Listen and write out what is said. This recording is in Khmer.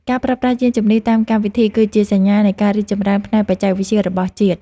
ការប្រើប្រាស់យានជំនិះតាមកម្មវិធី គឺជាសញ្ញានៃការរីកចម្រើនផ្នែកបច្ចេកវិទ្យារបស់ជាតិ។